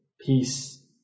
peace